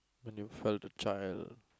when you felt a child